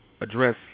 address